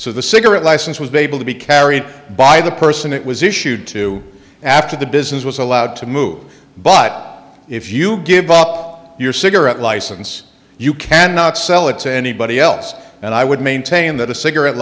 so the cigarette license was baby to be carried by the person it was issued to after the business was allowed to move but if you give up your cigarette license you cannot sell it to anybody else and i would maintain that a cigarette